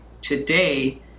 today